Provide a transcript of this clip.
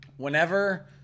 Whenever